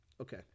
okay